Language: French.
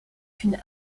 qu’une